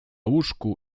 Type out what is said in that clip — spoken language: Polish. łóżku